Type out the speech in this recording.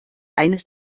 eines